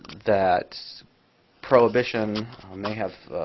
that prohibition may have